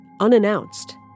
unannounced